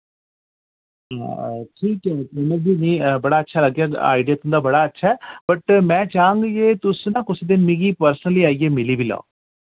हां ठीक ऐ मिकी बड़ा अच्छा लग्गेया आईडिया तुंदा बड़ा अच्छा ऐ बट में चाहंग जे तुस ना कुसे दिन मिकी पर्सनली आइयै मिली वि लाओ